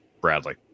Bradley